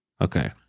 Okay